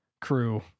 crew